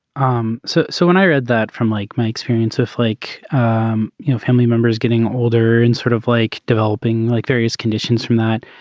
um so so when i read that from like my experience it's like um you know family member is getting older and sort of like developing like various conditions from that.